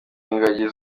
ingagi